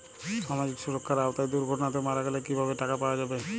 সামাজিক সুরক্ষার আওতায় দুর্ঘটনাতে মারা গেলে কিভাবে টাকা পাওয়া যাবে?